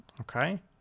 okay